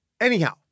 Anyhow